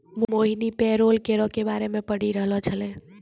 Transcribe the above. मोहिनी payroll करो के बारे मे पढ़ि रहलो छलै